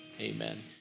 amen